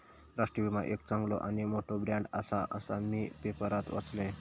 राष्ट्रीय विमा एक चांगलो आणि मोठो ब्रँड आसा, असा मी पेपरात वाचलंय